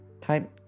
time